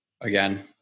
again